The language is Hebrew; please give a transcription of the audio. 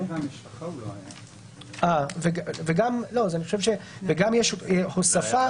וגם יש הוספה,